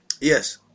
Yes